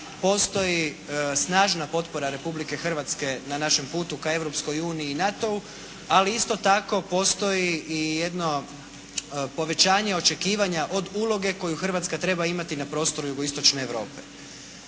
postoji snažna potpora Republike Hrvatske, na našem putu ka Europskoj uniji i NATO-u, ali isto tako postoji i jedno povećanje očekivanja od uloge koju Hrvatska treba imati na prostoru Jugoistočne Europe.